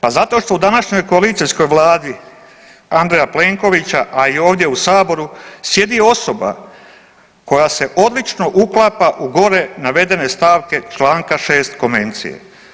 Pa zato što u današnjoj koalicijskoj Vladi Andreja Plenkovića, a i ovdje u Saboru sjedi osoba koja se odlično uklapa u gore navedene stavke članka 6. Konvencije.